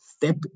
step